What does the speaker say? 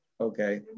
Okay